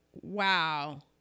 wow